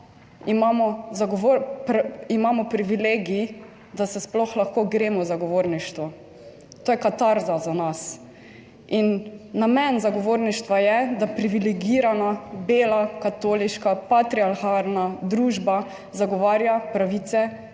imamo privilegij, da se sploh lahko gremo zagovorništvo. To je katarza za nas. In namen zagovorništva je, da privilegirana bela katoliška patriarhalna družba zagovarja pravice tistih,